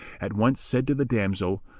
at once said to the damsel,